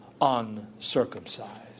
uncircumcised